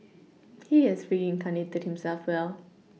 he has reincarnated himself well